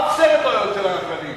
אף סרט לא היה יוצא לאקרנים.